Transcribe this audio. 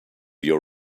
your